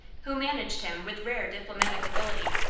who managed him with rare diplomatic ability,